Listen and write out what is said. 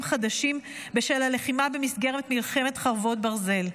חדשים בשל הלחימה במסגרת מלחמת חרבות ברזל.